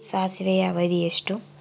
ಸಾಸಿವೆಯ ಅವಧಿ ಎಷ್ಟು?